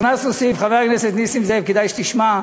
חבר הכנסת נסים זאב, כדאי שתשמע,